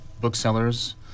booksellers